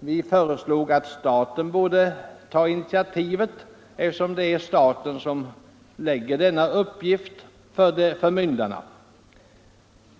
Vi har föreslagit att staten skulle ta initiativet härtill, eftersom det är staten som ålägger förmyndarna deras uppgifter.